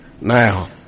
now